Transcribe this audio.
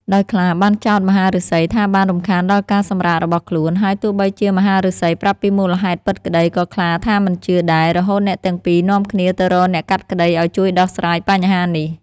ដោយខ្លាបានចោទមហាឫសីថាបានរំខានដល់ការសម្រាករបស់ខ្លួន ហើយទោះបីជាមហាឫសីប្រាប់ពីមូលហេតុពិតក្តី ក៏ខ្លាថាមិនជឿដែរ រហូតអ្នកទាំងពីរនាំគ្នាទៅរកអ្នកកាត់ក្តីឱ្យជួយដោះស្រាយបញ្ហានេះ។